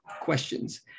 questions